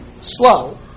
slow